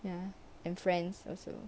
ya and friends also